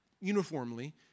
uniformly